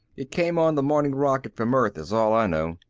it came on the morning rocket from earth is all i know.